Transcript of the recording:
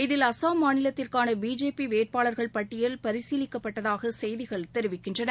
இதில் அஸ்ஸாம் மாநிலத்திற்கானபிஜேபிவேட்பாளர்கள் பட்டியல் பரிசீலிக்கப்பட்டதாகசெய்திகள் தெரிவிக்கின்றன